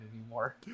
anymore